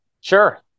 sure